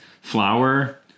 flour